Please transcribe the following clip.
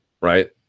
right